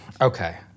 okay